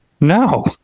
No